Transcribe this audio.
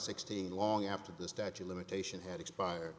sixteen long after the statute limitations had expired